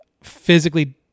physically